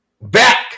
Back